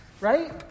right